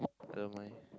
I don't mind